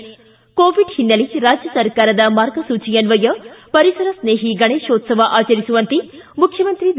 ಿದ Covid ಹಿನ್ನೆಲೆ ರಾಜ್ಯ ಸರ್ಕಾರದ ಮಾರ್ಗಸೂಚಿಯನ್ವಯ ಪರಿಸರ ಸ್ನೇಹಿ ಗಣೇಶೋತ್ಸವ ಆಚರಿಸುವಂತೆ ಮುಖ್ಯಮಂತ್ರಿ ಬಿ